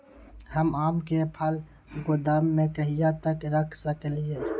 हम आम के फल गोदाम में कहिया तक रख सकलियै?